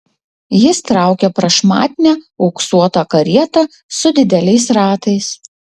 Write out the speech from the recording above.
jis traukė prašmatnią auksuotą karietą su dideliais ratais